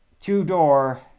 two-door